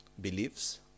beliefs